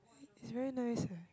it it's very nice eh